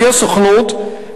לפי הסוכנות,